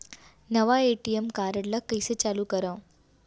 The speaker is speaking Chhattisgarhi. नवा ए.टी.एम कारड ल कइसे चालू करव?